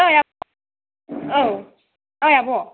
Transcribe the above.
ओइ आब' औ ओइ आब'